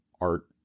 art